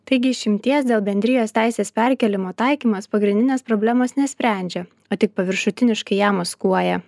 taigi išimties dėl bendrijos teisės perkėlimo taikymas pagrindinės problemos nesprendžia o tik paviršutiniškai ją maskuoja